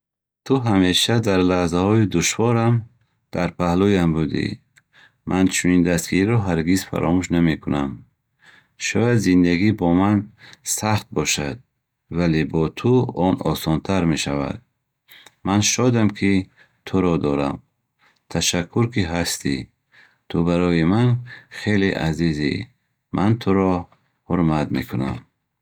Ту ҳамеша дар лаҳзаҳои душворам дар паҳлуям будӣ. Ман чунин дастгириро ҳаргиз фаромӯш намекунам. Шояд зиндагӣ бо ман сахт бошад, вале бо ту он осонтар мешавад. Ман шодам, ки туро дорам. Ташаккур, ки ҳастӣ. Ту барои ман хеле азизӣ. Ман туро ҳурмат мекунам.